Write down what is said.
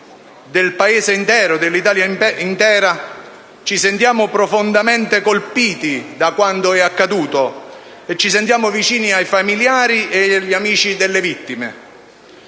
Campania e dell’Italia intera, ci sentiamo profondamente colpiti da quanto e accaduto e ci sentiamo vicini ai familiari e agli amici delle vittime.